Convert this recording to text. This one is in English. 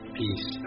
peace